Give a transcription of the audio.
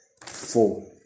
four